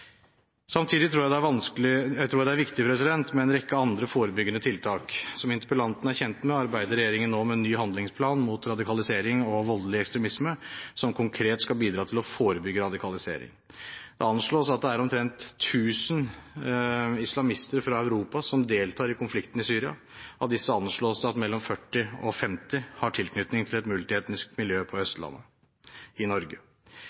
Samtidig tror jeg det er viktig med en rekke andre forebyggende tiltak. Som interpellanten er kjent med, arbeider regjeringen nå med en ny handlingsplan mot radikalisering og voldelig ekstremisme som konkret skal bidra til å forebygge radikalisering. Det anslås at det er omtrent 1 000 islamister fra Europa som deltar i konflikten i Syria. Av disse anslås det at mellom 40 og 50 har tilknytning til et multietnisk miljø på Østlandet i Norge.